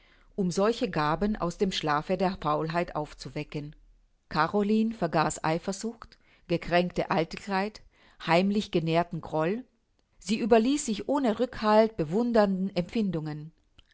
um solche gaben aus dem schlafe der faulheit aufzuwecken caroline vergaß eifersucht gekränkte eitelkeit heimlich genährten groll sie überließ sich ohne rückhalt bewundernden empfindungen